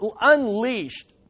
unleashed